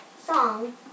song